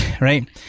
right